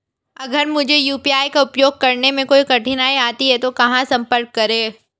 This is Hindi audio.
अगर मुझे यू.पी.आई का उपयोग करने में कोई कठिनाई आती है तो कहां संपर्क करें?